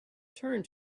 turned